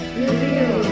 reveal